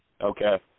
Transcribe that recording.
Okay